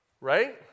right